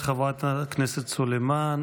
תודה לחברת הכנסת סלימאן.